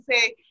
say